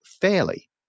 fairly